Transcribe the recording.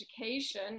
education